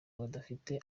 badafite